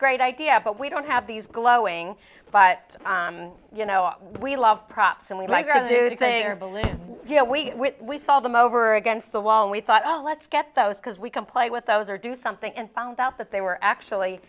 great idea but we don't have these glowing but you know we love props and we like our do things or balloons you know we we saw them over against the wall and we thought let's get those because we can play with those or do something and found out that they were actually